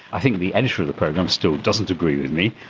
i think the editor of the program still doesn't agree with me,